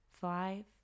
five